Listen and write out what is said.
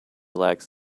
lacks